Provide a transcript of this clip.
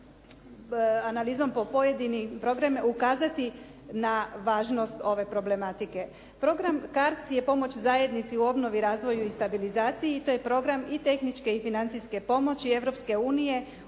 analizom po pojedinim programima ukazati na važnost ove problematike. Program CARDS je pomoć zajednici u obnovi, razvoju i stabilizacije. To je program i tehničke i financijske pomoći Europske unije